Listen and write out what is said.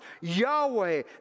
Yahweh